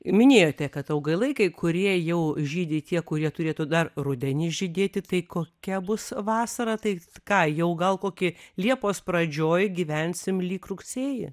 minėjote kad augalai kai kurie jau žydi tie kurie turėtų dar rudenį žydėti tai kokia bus vasara tai ką jau gal kokį liepos pradžioj gyvensim lyg rugsėjį